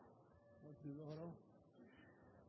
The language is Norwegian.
at du